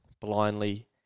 blindly